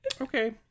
Okay